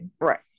right